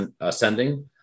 ascending